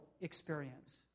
experience